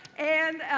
and